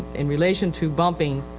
in relation to bumping,